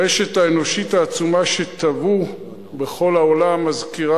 הרשת האנושית העצומה שטוו בכל העולם מזכירה